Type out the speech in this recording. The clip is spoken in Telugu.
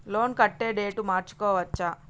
లోన్ కట్టే డేటు మార్చుకోవచ్చా?